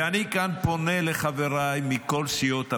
ואני כאן פונה לחבריי מכל סיעות הבית.